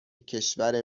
کشور